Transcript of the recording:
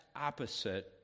opposite